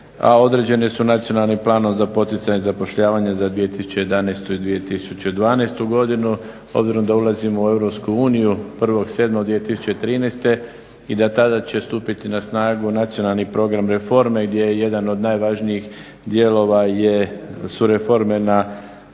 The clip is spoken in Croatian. određeni su Nacionalnim planom za poticanje zapošljavanja za 2011. i 2012. godinu. Obzirom da ulazimo u Europske uniju 1.7.2013. i da tada će stupiti na snagu Nacionalni program reforme gdje jedan od najvažnijih dijelova su reforme na